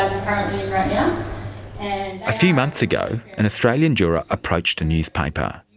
um a few months ago, an australian juror approached a newspaper.